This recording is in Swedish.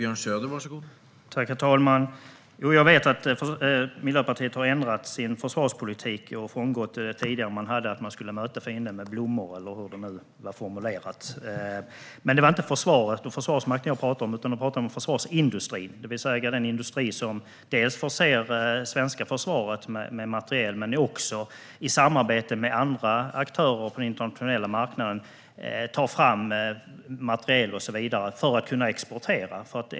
Herr talman! Jag vet att Miljöpartiet har ändrat sin försvarspolitik och frångått den tidigare som innebar att man skulle möta fienden med blommor, eller hur det nu var formulerat. Men det är inte försvaret och Försvarsmakten som jag pratade om, utan jag pratade om försvarsindustrin, det vill säga den industri som förser det svenska försvaret med materiel och som i samarbete med andra aktörer på den internationella marknaden tar fram materiel som ska kunna exporteras.